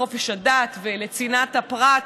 חופש הדת וצנעת הפרט,